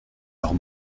leurs